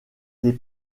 des